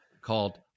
called